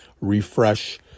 refresh